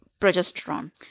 progesterone